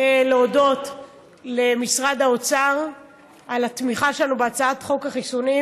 להודות למשרד האוצר על התמיכה שלו בהצעת חוק החיסונים.